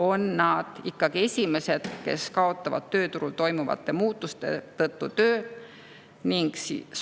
on nad ikkagi esimesed, kes kaotavad tööturul toimuvate muutuste tõttu töö ning